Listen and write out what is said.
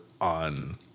on